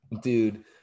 Dude